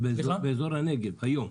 באזור הנגב היום?